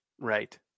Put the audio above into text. Right